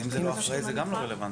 אם זה לא אחראי זה גם לא רלוונטי.